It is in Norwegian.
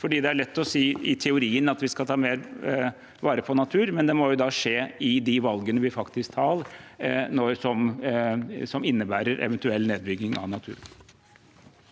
teorien lett å si at vi skal ta mer vare på natur, men det må skje i de valgene vi faktisk tar som innebærer eventuell nedbygging av natur.